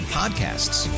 podcasts